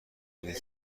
بلیط